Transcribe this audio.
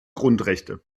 grundrechte